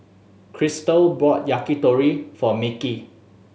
Christel bought Yakitori for Mickey